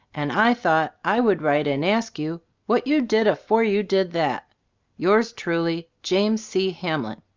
and i thought i would write and ask you what you did afore you did that yours truly, james c. hamlin.